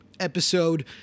episode